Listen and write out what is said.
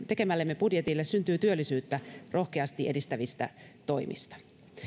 tekemällemme budjetille syntyy työllisyyttä rohkeasti edistävistä toimista ero